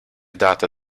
data